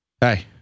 Hey